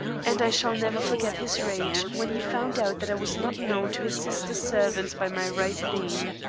and i shall never forget his rage when he found out that i was not known to his sister's servants by my right name.